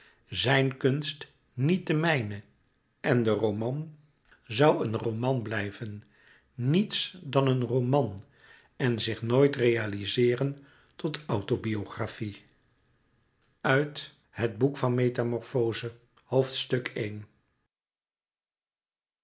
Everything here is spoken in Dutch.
zijn kunst niet de mijne en de roman zoû een roman blijven niets dan een roman en zich nooit realizeeren tot autobiografie v het boek van metamorfoze